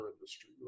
industry